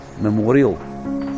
memorial